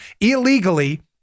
illegally